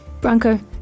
Branko